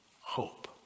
hope